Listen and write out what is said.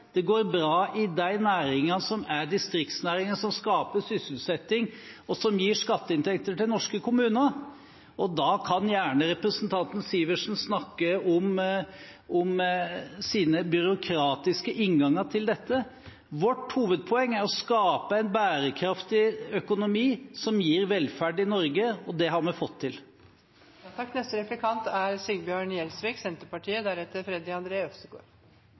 det går bra i reiselivet, fordi det går bra i de næringene som er distriktsnæringer, som skaper sysselsetting, og som gir skatteinntekter til norske kommuner. Da kan gjerne representanten Sivertsen snakke om sine byråkratiske innganger til dette. Vårt hovedpoeng er å skape en bærekraftig økonomi som gir velferd i Norge, og det har vi fått til. En av regjeringens fremste oppgaver er